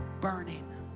burning